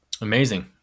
Amazing